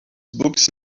books